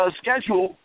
schedule